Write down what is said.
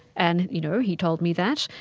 and you know he told me that.